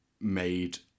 made